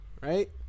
right